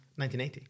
1980